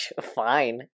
Fine